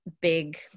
big